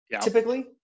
typically